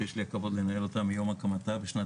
שיש לי הכבוד לנהל אותה מיום הקמתה בשנת